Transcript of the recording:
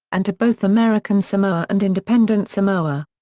and to both american samoa and independent samoa.